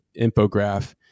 infograph